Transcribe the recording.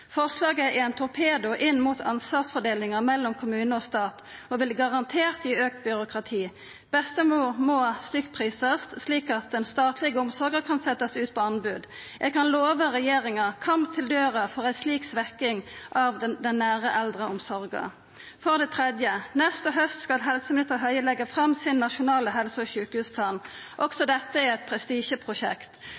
Forslaget er ein torpedo inn mot ansvarsfordelinga mellom kommune og stat og vil garantert gi auka byråkrati. Bestemor må stykkprisast slik at den statlege omsorga kan setjast ut på anbod. Eg kan lova regjeringa kamp til døra for ei slik svekking av den nære eldreomsorga. For det tredje: Neste haust skal helseminister Høie leggja fram den nasjonale helse- og sjukehusplanen sin. Også